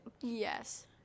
Yes